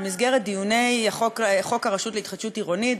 במסגרת דיוני חוק הרשות להתחדשות עירונית,